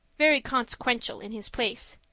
very consequential, in his place.